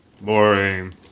boring